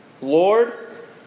Lord